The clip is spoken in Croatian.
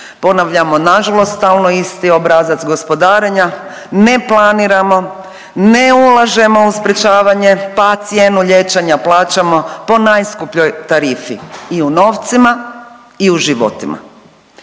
Ponavljamo nažalost stalo isti obrazac gospodarenja, ne planiramo, ne ulažemo u sprječavanje pa cijenu liječenja plaćamo po najskupljoj tarifi i u novcima i u životima